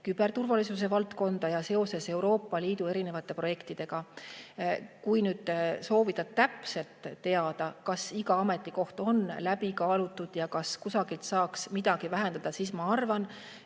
küberturvalisuse valdkonnas ja Euroopa Liidu erinevate projektidega seoses. Kui soovida täpselt teada, kas iga ametikoht on läbi kaalutud ja kas kusagilt saaks midagi vähendada, siis ma arvan,